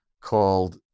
called